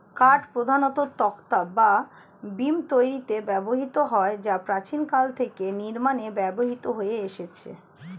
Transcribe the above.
কাঠ প্রধানত তক্তা বা বিম তৈরিতে ব্যবহৃত হয় যা প্রাচীনকাল থেকে নির্মাণে ব্যবহৃত হয়ে আসছে